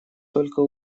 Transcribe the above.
только